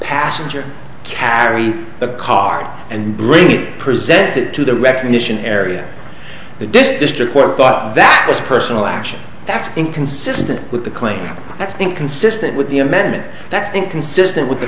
passenger carry a card and bring it presented to the recognition area the district court but that is personal action that's inconsistent with the claim that's inconsistent with the amendment that's inconsistent with the